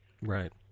Right